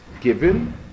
given